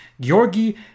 Georgi